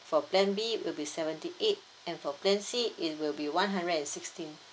for plan B will be seventy eight and for plan C it will be one hundred and sixteen